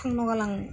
थांनो गोनां